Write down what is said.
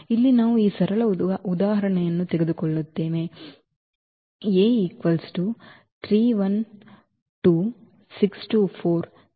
ಇಲ್ಲಿ ನಾವು ಈ ಸರಳ ಉದಾಹರಣೆಯನ್ನು ತೆಗೆದುಕೊಳ್ಳುತ್ತೇವೆ A